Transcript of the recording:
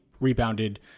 rebounded